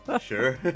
Sure